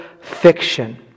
Fiction